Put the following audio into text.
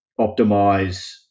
optimize